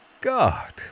God